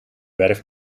werf